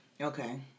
Okay